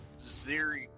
Ziri